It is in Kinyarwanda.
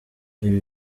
ibi